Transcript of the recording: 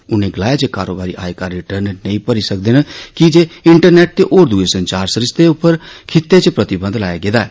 उनें गलाया जे कारोबारी आयकर रिर्टन नेईं भरी सकदे न कि जे इंटरनेट ते होर दुए संचार सरीस्ते उप्पर खित्ते च प्रतिबंध लाया गेदा ऐ